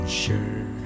sure